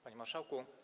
Panie Marszałku!